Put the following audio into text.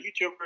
youtuber